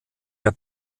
der